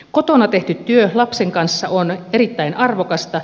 kotona tehty työ lapsen kanssa on erittäin arvokasta